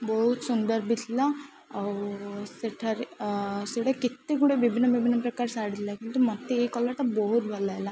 ବହୁତ ସୁନ୍ଦର ବି ଥିଲା ଆଉ ସେଠାରେ ସେଇଟା କେତେ ଗୁଡ଼େ ବିଭିନ୍ନ ବିଭିନ୍ନ ପ୍ରକାର ଶାଢ଼ୀ ଥିଲା କିନ୍ତୁ ମୋତେ ଏଇ କଲର୍ଟା ବହୁତ ଭଲ ଲାଗିଲା